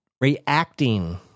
reacting